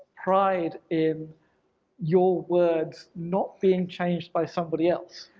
pride in your words not being changed by somebody else,